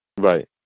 Right